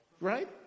Right